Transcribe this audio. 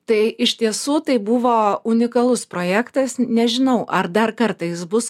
tai iš tiesų tai buvo unikalus projektas nežinau ar dar kartą jis bus